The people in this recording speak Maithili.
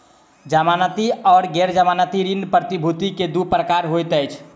जमानती आर गैर जमानती ऋण प्रतिभूति के दू प्रकार होइत अछि